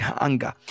anger